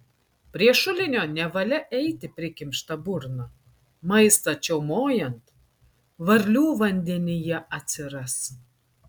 prie šulinio nevalia eiti prikimšta burna maistą čiaumojant varlių vandenyje atsiras